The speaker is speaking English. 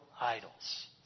idols